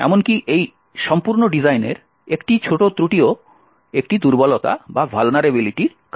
এখন এমনকি এই সম্পূর্ণ ডিজাইনের একটিমাত্র ছোট ত্রুটিও একটি দুর্বলতার কারণ হতে পারে